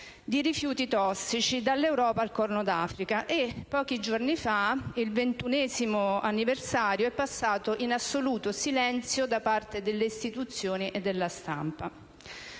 di rifiuti tossici dall'Europa al Corno d'Africa. Pochi giorni fa, il 21º anniversario della loro morte è passato in assoluto silenzio da parte delle istituzioni e della stampa.